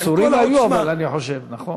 עצורים היו, אבל, אני חושב, נכון?